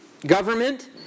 government